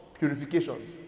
purifications